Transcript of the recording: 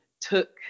took